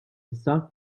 issa